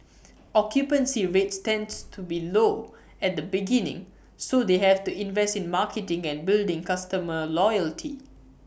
occupancy rates tends to be low at the beginning so they have to invest in marketing and building customer loyalty